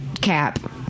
cap